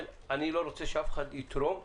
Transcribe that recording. אני לא רוצה שאף אחד יתרום לאזרח.